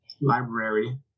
library